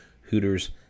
Hooters